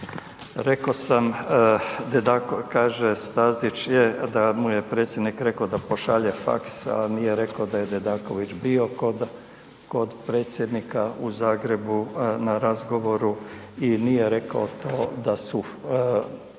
Reko sam, kaže Stazić je da mu je predsjednik reko da pošalje fax, a nije rekao da je Dedaković bio kod, kod predsjednika u Zagrebu na razgovoru i nije rekao to da su